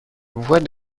voix